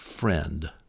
friend